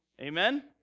Amen